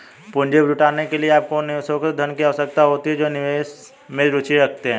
पूंजी जुटाने के लिए, आपको उन निवेशकों से धन की आवश्यकता होती है जो निवेश में रुचि रखते हैं